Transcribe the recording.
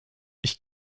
ich